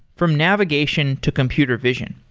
from navigation to computer vision.